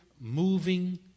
moving